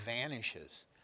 vanishes